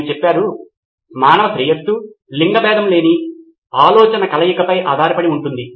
ఆయన చెప్పారు మానవ శ్రేయస్సు లింగబేధములేని ఆలోచనల కలయికపై ఆధారపడి ఉంటుంది